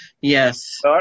Yes